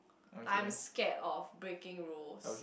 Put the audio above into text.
I'm scared of breaking rules